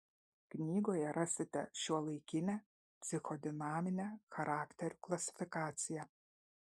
knygoje rasite šiuolaikinę psichodinaminę charakterių klasifikaciją